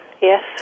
Yes